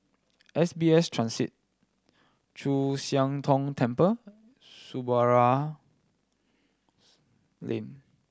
S B S Transit Chu Siang Tong Temple Samudera Lane